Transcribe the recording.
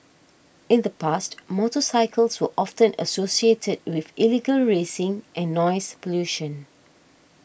in the past motorcycles were often associated with illegal racing and noise pollution